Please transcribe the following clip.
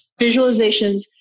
visualizations